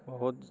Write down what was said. बहुत